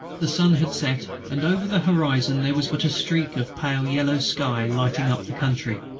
the sun had set, and over the horizon there was but a streak of pale yellow sky lighting up the country.